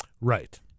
Right